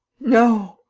no,